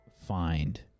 find